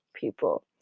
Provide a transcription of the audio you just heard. people